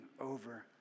over